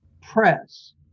press